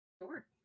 Sure